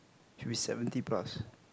should be seventy plus